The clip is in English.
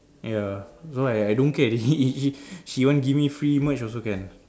ya so I I don't care already he he he want give me free merch also can